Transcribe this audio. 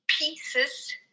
pieces